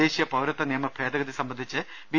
ദേശീയ പൌരത്വനിയമ ഭേദഗതി സംബന്ധിച്ച് ബി